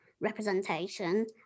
representation